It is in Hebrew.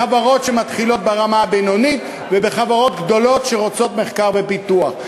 בחברות שמתחילות ברמה הבינונית ובחברות גדולות שרוצות מחקר ופיתוח.